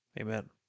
Amen